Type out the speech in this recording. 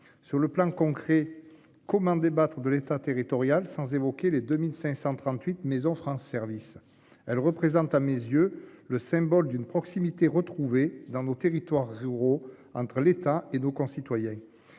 sur le plan concret comment débattre de l'État, territorial sans évoquer les 2538 Maison France service elle représente à mes yeux le symbole d'une proximité retrouvée dans nos territoires ruraux entre l'État et nos concitoyens.